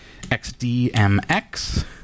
XDMX